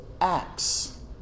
acts